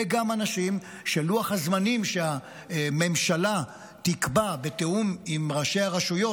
ויש גם אנשים שלוח הזמנים שהממשלה תקבע בתיאום עם ראשי הרשויות,